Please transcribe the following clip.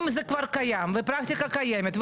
אם זה כבר קיים ופרקטיקה קיימת,